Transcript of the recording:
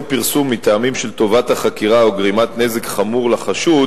פרסום מטעמים של טובת החקירה או גרימת נזק חמור לחשוד